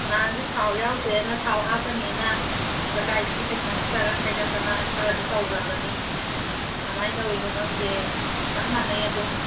ꯅꯍꯥꯟꯁꯨ ꯊꯥꯎ ꯌꯥꯎꯗ꯭ꯔꯦꯅ ꯊꯥꯎ ꯍꯥꯞꯀꯅꯤꯅ ꯂꯀꯥꯏꯗꯒꯤ ꯄꯩꯁꯥ ꯅꯨꯡꯁꯥꯒ ꯈꯥꯏꯒꯠꯇꯅ ꯈꯔꯁꯨ ꯇꯧꯒ꯭ꯔꯕꯅꯤ ꯀꯃꯥꯏ ꯇꯧꯔꯤꯅꯣ ꯈꯪꯗꯦ ꯆꯞ ꯃꯥꯟꯅꯩ ꯑꯗꯨꯝ